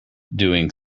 doing